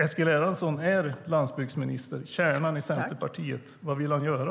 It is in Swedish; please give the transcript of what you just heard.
Eskil Erlandsson är landsbygdsminister och tillhör kärnan i Centerpartiet. Vad vill han göra?